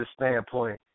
standpoint